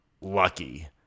lucky